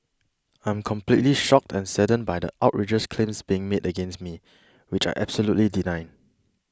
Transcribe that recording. I'm completely shocked and saddened by the outrageous claims being made against me which I absolutely deny